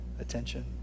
attention